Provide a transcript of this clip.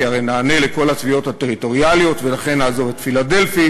כי הרי ניענה לכל התביעות הטריטוריאליות ולכן נעזוב את פילדלפי